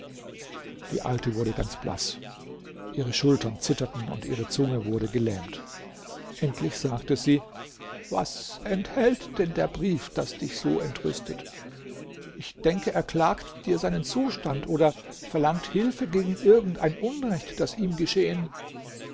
die alte wurde ganz blaß ihre schultern zitterten und ihre zunge wurde gelähmt endlich sagte sie was enthält denn der brief das dich so entrüstet ich denke er klagt dir seinen zustand oder verlangt hilfe gegen irgend ein unrecht das ihm geschehen